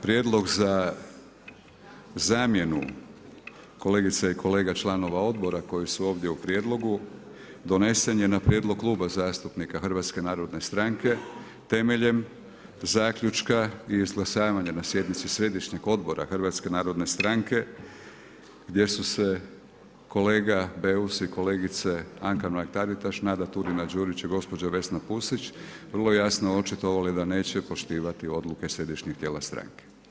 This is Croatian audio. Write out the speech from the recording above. Prijedlog za zamjenu kolegica i kolega članova odbora koji su ovdje u prijedlogu, donesen je na prijedlog Kluba zastupnika HNS, temeljem zaključka i izglasavanja na sjednici Središnjeg odbora HNS, gdje su se kolega Beus i kolegice Anka Mrak-Taritaš, Nada Turina-Đurić i gospođa Vesna Pusić, vrlo jasno očitovale da neće poštivati odluke sjedišnih tijela stranke.